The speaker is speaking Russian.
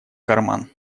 карман